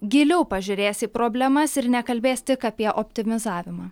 giliau pažiūrės į problemas ir nekalbės tik apie optimizavimą